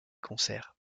concerts